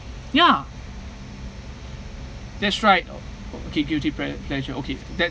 ya that's right okay beauty plea~ pleasure okay that